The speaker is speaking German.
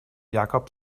jakob